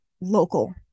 local